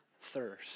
thirst